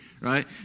right